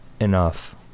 enough